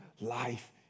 life